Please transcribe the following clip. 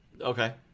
Okay